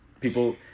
People